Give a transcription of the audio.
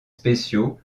spéciaux